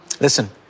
Listen